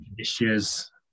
issues